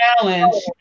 challenge